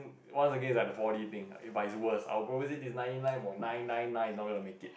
once again is four-D thing it by worst I will probably nine nine point nine nine nine don't want to make it